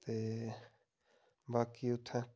ते बाकी उत्थैं